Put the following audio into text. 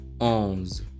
onze